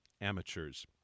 Amateurs